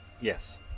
yes